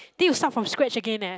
then you start from scratch again leh